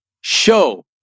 Show